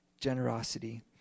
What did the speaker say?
generosity